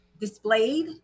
displayed